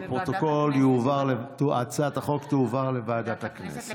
אני קובע שהצעת חוק הביטוח הלאומי (תיקון מס' 230)